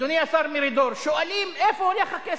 אדוני השר מרידור, שואלים: איפה הולך הכסף?